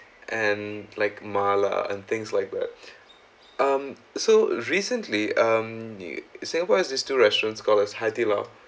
and like mala and things like that um so recently um new singapore has these two restaurants called as Haidilao